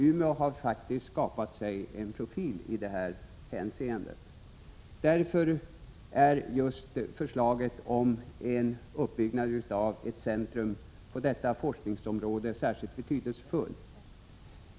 Umeå har faktiskt skapat sig en profil i detta hänseende. Därför är just förslaget om en uppbyggnad av ett centrum på detta forskningsområde särskilt betydelsefullt.